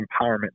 empowerment